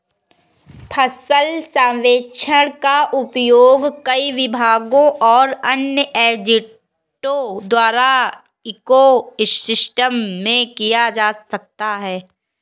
फसल सर्वेक्षण का उपयोग कई विभागों और अन्य एजेंटों द्वारा इको सिस्टम में किया जा सकता है